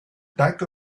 back